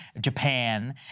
Japan